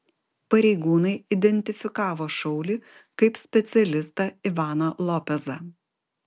pareigūnai identifikavo šaulį kaip specialistą ivaną lopezą